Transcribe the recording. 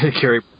Carrie